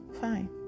fine